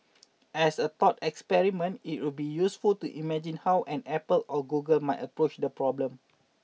as a thought experiment it would be useful to imagine how an Apple or Google might approach the problem